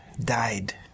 died